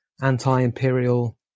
anti-imperial